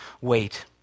wait